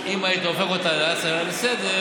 אם היית הופך אותה להצעה לסדר-היום,